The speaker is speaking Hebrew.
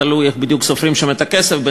תלוי איך בדיוק סופרים שם את הכסף,